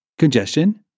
Congestion